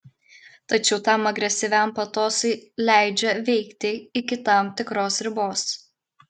tačiau tam agresyviam patosui leidžia veikti iki tam tikros ribos